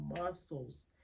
muscles